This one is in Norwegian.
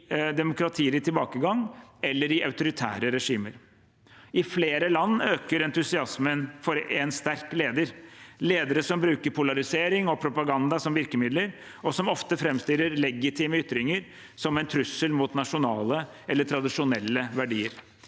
i demokratier i tilbakegang eller i autoritære regimer. I flere land øker entusiasmen for én sterk leder – ledere som bruker polarisering og propaganda som virke midler, og som ofte framstiller legitime ytringer som en trussel mot nasjonale eller tradisjonelle verdier.